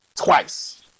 Twice